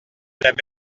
même